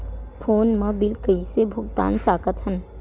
Phone मा bill कइसे भुक्तान साकत हन?